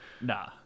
nah